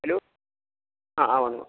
hello ആ ആ പറഞ്ഞോളൂ